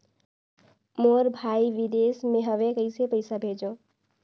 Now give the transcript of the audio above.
मोर भाई विदेश मे हवे कइसे पईसा भेजो?